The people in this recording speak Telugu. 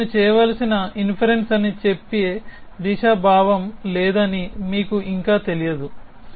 ఇది నేను చేయవలసిన ఇన్ఫెరెన్స్ అని చెప్పే దిశా భావం లేదని మీకు ఇంకా తెలియదు